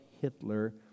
Hitler